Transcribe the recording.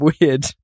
weird